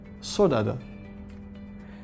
sodada